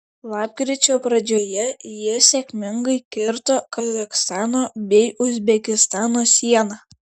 lapkričio pradžioje jie sėkmingai kirto kazachstano bei uzbekistano sieną